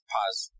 Pause